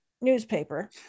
newspaper